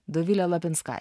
dovilė lapinskaitė